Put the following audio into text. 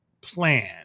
plan